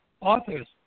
authors